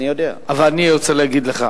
אבל אני רוצה להגיד לך,